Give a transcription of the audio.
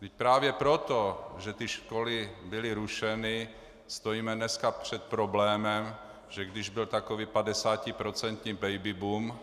Vždyť právě proto, že ty školy byly rušeny, stojíme dneska před problémem, že když byl takový padesátiprocentní baby boom,